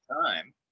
time